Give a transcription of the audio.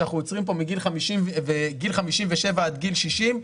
כשאנחנו יוצאים כאן מגיל 57 עד גיל 60,